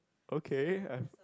okay have